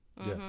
yes